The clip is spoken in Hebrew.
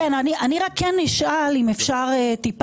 לא אומרים לך מה